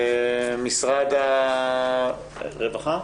משרד הרווחה?